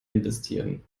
investieren